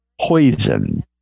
Poison